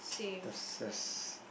that's that's